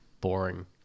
boring